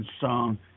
song